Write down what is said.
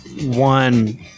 one